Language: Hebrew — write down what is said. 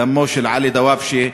דמו של עלי דוואבשה,